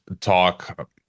talk